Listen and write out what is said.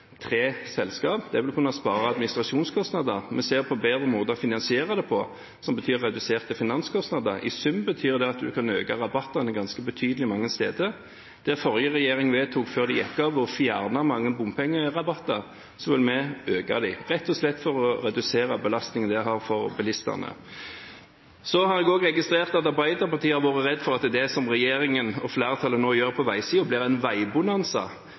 Det vil kunne spare administrasjonskostnader. Vi ser på bedre måter å finansiere det på, som betyr reduserte finanskostnader. I sum betyr det at man kan øke rabattene ganske betydelig mange steder. Der den forrige regjeringen før den gikk av vedtok å fjerne mange bompengerabatter, vil vi øke dem, rett og slett for å redusere den belastningen bompengene er for bilistene. Så har jeg også registrert at Arbeiderpartiet har vært redd for at det som regjeringen og flertallet nå gjør på veisiden, blir en